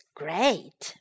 great